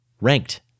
ranked